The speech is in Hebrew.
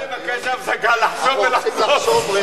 אפשר לבקש הפסקה לחשוב ולחזור?